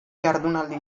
jardunaldi